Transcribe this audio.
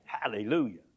Hallelujah